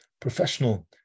professional